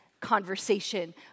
conversation